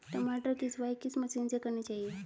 टमाटर की सफाई किस मशीन से करनी चाहिए?